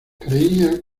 creía